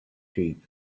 sheep